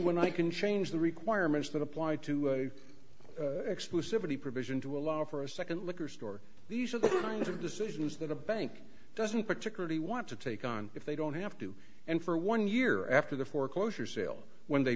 when i can change the requirements that apply to exclusively provision to allow for a second liquor store these are the kinds of decisions that a bank doesn't particularly want to take on if they don't have to and for one year after the foreclosure sale when they